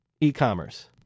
e-commerce